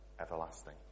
everlasting